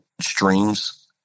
streams